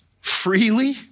freely